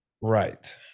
Right